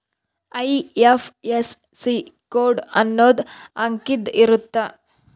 IFSC code ಅನ್ನೊಂದ್ ಅಂಕಿದ್ ಇರುತ್ತ